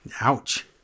Ouch